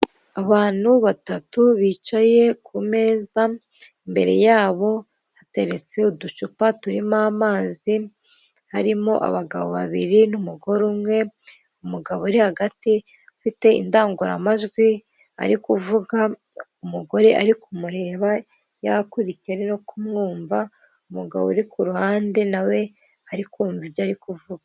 Abantu batatu bicaye ku meza, imbere yabo hateretse uducupa turimo amazi, harimo abagabo babiri n'umugore umwe, umugabo uri hagati ufite indangururamajwi, ari kuvuga, umugore ari kumureba, yakurikiye, ari no kumwumva, umugabo uri ku ruhande na we ari kumva ibyo ari kuvuga.